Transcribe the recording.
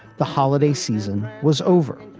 the holiday season was over.